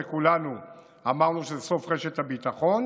על זה כולנו אמרנו שזה סוף רשת הביטחון